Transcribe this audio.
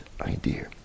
idea